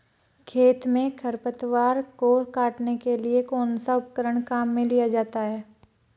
खेत में खरपतवार को काटने के लिए कौनसा उपकरण काम में लिया जाता है?